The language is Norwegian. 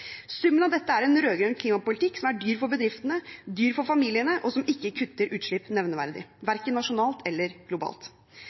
Summen av dette er en rød-grønn klimapolitikk som er dyr for bedriftene, dyr for familiene, og som ikke kutter utslipp nevneverdig,